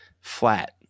flat